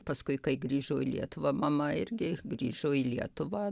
paskui kai grįžo į lietuvą mama irgi grįžo į lietuvą